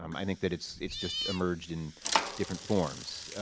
um i think that it's it's just emerged in different forms.